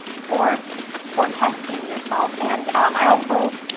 for for testing yourself. and i also,